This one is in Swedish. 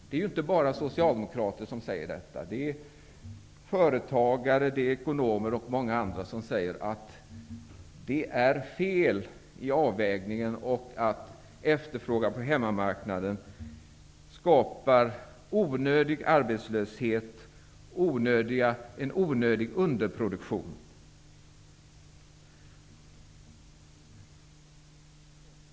Det är inte bara socialdemokrater utan också företagare, ekonomer och många andra som säger att det är fel i avvägningen och att efterfrågan på hemmamarknaden skapar onödig arbetslöshet och en onödig underproduktion.